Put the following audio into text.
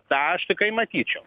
tą aš tikrai matyčiau